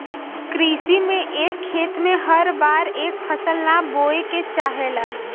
कृषि में एक खेत में हर बार एक फसल ना बोये के चाहेला